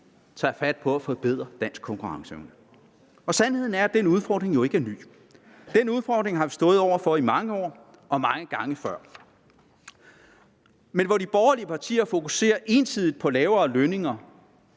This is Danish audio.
tager fat på at forbedre dansk konkurrenceevne. Sandheden er, at den udfordring ikke er ny. Den udfordring har vi stået over for i mange år og mange gange før. Mens de borgerlige partier fokuserer ensidigt på lavere lønninger